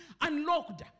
Unlocked